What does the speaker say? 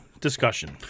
discussion